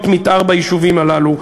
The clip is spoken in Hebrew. תוכניות מתאר ביישובים הללו.